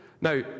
Now